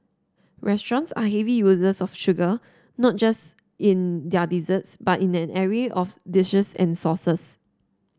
restaurants are heavy users of sugar not just in their disease but in an array of dishes and sauces